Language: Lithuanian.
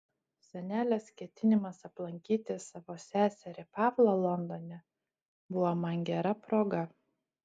senelės ketinimas aplankyti savo seserį pavlą londone buvo man gera proga